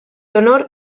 honor